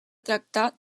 tractar